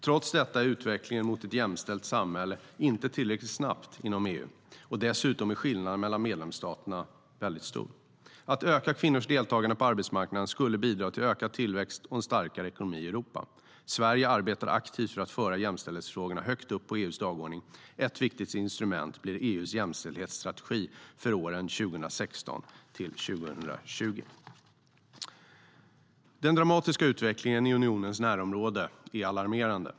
Trots detta är utvecklingen mot ett jämställt samhälle inte tillräckligt snabb inom EU, och dessutom är skillnaderna mellan medlemsstaterna stora. Den dramatiska utvecklingen i unionens närområde är alarmerande.